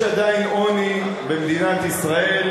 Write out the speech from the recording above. יש עדיין עוני במדינת ישראל,